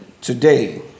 Today